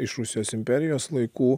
iš rusijos imperijos laikų